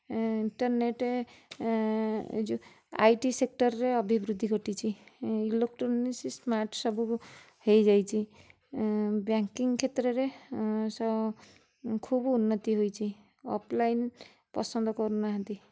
ଏଁ ଇଣ୍ଟରନେଟେ୍ ଏ ଯେଉଁ ଆଇ ଟି ସେକ୍ଟରରେ ଅଭିବୃଦ୍ଧି ଘଟିଛି ଇଲୋକ୍ଟ୍ରୋନିକ୍ସ ସ୍ମାର୍ଟ ସବୁ ହେଇଯାଇଛି ଏଁ ବ୍ୟାକିଙ୍ଗ୍ କ୍ଷେତ୍ରରେ ଉଁ ସ ଖୁବ୍ ଉନ୍ନତି ହେଇଛି ଅଫଲାଇନ ପସନ୍ଦ କରୁନାହାଁନ୍ତି